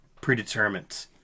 predetermined